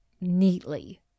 neatly